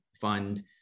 fund